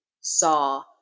saw